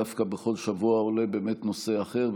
דווקא בכל שבוע עולה באמת נושא אחר,